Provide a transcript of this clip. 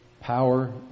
power